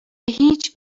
هیچ